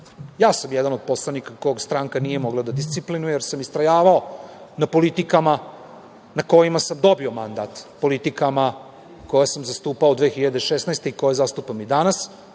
sam jedan od poslanika kog stranka nije mogla da disciplinuje, jer sam istrajavao na politikama na kojima sam dobio mandat, politikama koje sam zastupao 2016. godine i koje zastupam i danas,